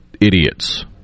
idiots